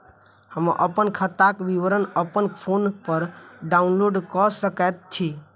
हम अप्पन खाताक विवरण अप्पन फोन पर डाउनलोड कऽ सकैत छी?